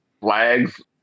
flags